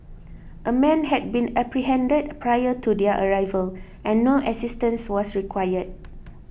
a man had been apprehended prior to their arrival and no assistance was required